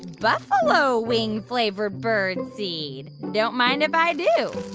buffalo-wing-flavored birdseed. don't mind if i do